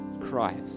Christ